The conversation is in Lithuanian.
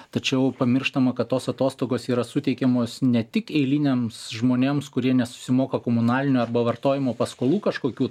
tačiau pamirštama kad tos atostogos yra suteikiamos ne tik eiliniams žmonėms kurie nesusimoka komunalinių arba vartojimo paskolų kažkokių